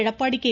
Edappadi K